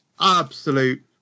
absolute